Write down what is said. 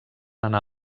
anar